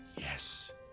Yes